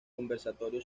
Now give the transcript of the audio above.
conservatorio